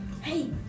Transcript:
Hey